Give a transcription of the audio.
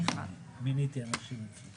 זה בעצם אותו דבר.